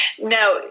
Now